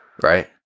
Right